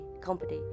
company